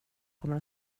kommer